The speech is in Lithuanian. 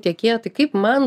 tiekėją tai kaip man